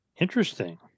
Interesting